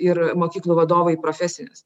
ir mokyklų vadovai profesinis